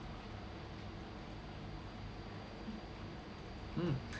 mm